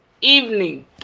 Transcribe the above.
evening